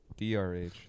DRH